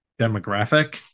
demographic